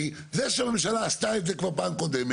כי, זה שהממשלה עשתה את זה כבר פעם קודמת.